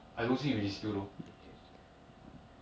remember that that was the first issue that we have fixed